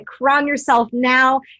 crownyourselfnow